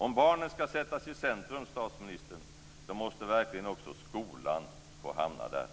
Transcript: Om barnen ska sättas i centrum, statsministern, då måste verkligen också skolan få hamna där.